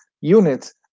units